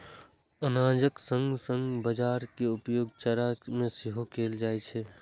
अनाजक संग संग बाजारा के उपयोग चारा मे सेहो कैल जाइ छै